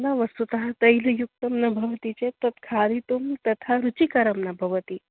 न वस्तुतः तैलयुक्तं न भवति चेत् तत् खादितुं तथा रुचिकरं न भवति